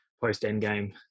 post-Endgame